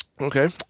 Okay